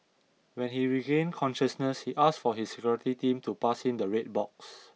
when he regained consciousness he asked for his security team to pass him the red box